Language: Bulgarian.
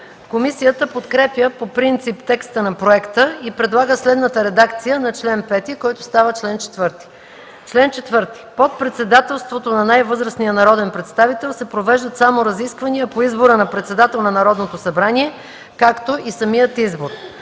Комисията подкрепя по принцип текста на проекта и предлага следната редакция на чл. 5, който става чл. 4: „Чл. 4 (1) Под председателството на най-възрастния народен представител се провеждат само разисквания по избора на председател на Народното събрание, както и самият избор.